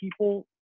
people